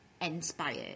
inspired